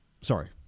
sorry